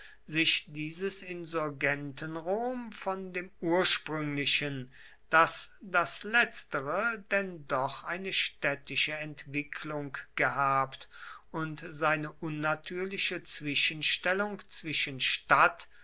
sich dies insurgenten rom von dem ursprünglichen daß das letztere denn doch eine städtische entwicklung gehabt und seine unnatürliche zwischenstellung zwischen